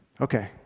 okay